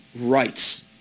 rights